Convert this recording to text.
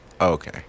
okay